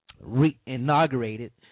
re-inaugurated